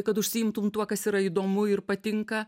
kad užsiimtum tuo kas yra įdomu ir patinka